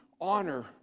honor